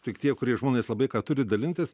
tik tie kurie žmonės labai ką turi dalintis